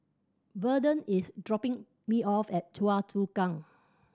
Verdell is dropping me off at Choa Chu Kang